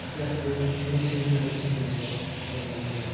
गासैबो मेसिन आरिफोरनि सायाव सोलायबोनाय जाबाय